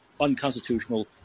unconstitutional